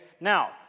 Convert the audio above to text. now